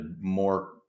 more